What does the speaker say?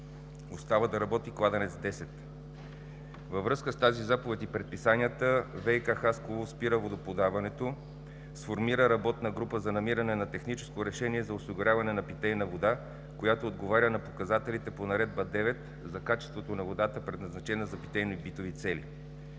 Остава да работи кладенец № 10. Във връзка с тази заповед и предписанията ВиК – Хасково, спира водоподаването, сформира работна група за намиране на техническо решение за осигуряване на питейна вода, която отговаря на показателите по Наредба № 9 за качеството на водата, предназначена за питейно-битови цели.